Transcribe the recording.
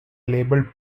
labelled